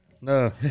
No